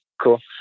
cool